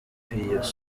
kuyisohora